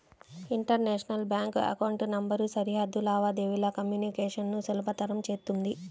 international bank account number సరిహద్దు లావాదేవీల communication ను సులభతరం చేత్తుంది